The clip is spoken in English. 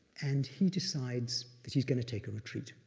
and he decides that he's gonna take a retreat,